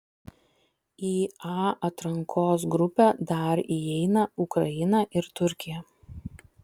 į a atrankos grupę dar įeina ukraina ir turkija